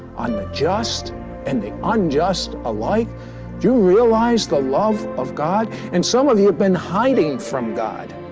on the just and the unjust alike you realize the love of god? and some of you have been hiding from god.